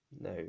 No